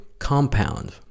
compound